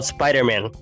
Spider-Man